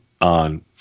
on